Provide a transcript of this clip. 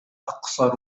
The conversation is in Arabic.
أقصر